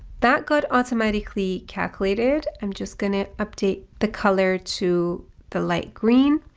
that got automatically calculated. i'm just going to update the color to the light green.